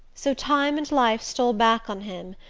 so time and life stole back on him,